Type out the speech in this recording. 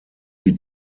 die